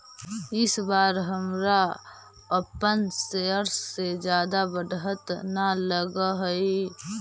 इस बार हमरा अपन शेयर्स में जादा बढ़त न लगअ हई